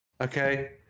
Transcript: Okay